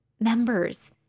members